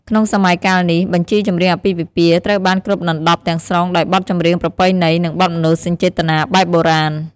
ក្នុងសម័យកាលនេះ បញ្ជីចម្រៀងអាពាហ៍ពិពាហ៍ត្រូវបានគ្របដណ្ដប់ទាំងស្រុងដោយបទចម្រៀងប្រពៃណី និងបទមនោសញ្ចេតនាបែបបុរាណ។